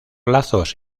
lazos